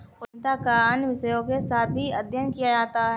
उद्यमिता का अन्य विषयों के साथ भी अध्ययन किया जाता है